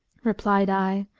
replied i,